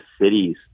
cities